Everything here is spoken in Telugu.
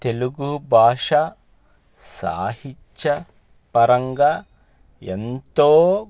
తెలుగు భాష సాహిత్యపరంగా ఎంతో